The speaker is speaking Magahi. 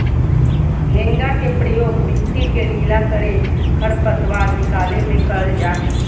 हेंगा के प्रयोग मिट्टी के ढीला करे, खरपतवार निकाले में करल जा हइ